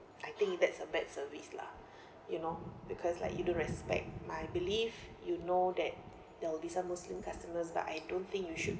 I think that's a bad service lah you know because like you don't respect my belief you know that there will be some muslim customers but I don't think you should